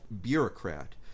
bureaucrat